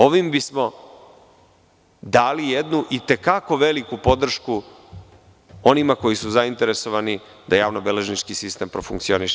Ovim bismo dali jednu i te kako veliku podršku onima koji su zainteresovani da javno beležnički sistem profunkcioniše.